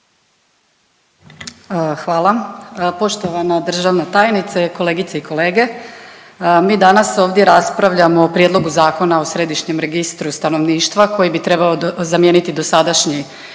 Hvala. Poštovana državna tajnice, kolegice i kolege. Mi danas ovdje raspravljamo o Prijedlogu zakona o Središnjem registru stanovništva koji bi trebao zamijeniti dosadašnji